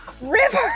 River